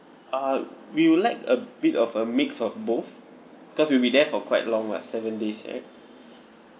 err we would like a bit of a mix of both cause we will be there for quite long what seven days right